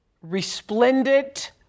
resplendent